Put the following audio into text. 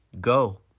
go